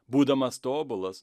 būdamas tobulas